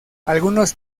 algunos